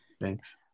thanks